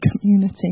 community